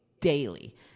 Daily